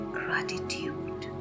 gratitude